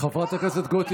חברת הכנסת גוטליב,